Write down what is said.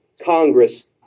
Congress